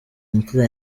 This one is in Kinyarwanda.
inshuro